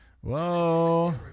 Whoa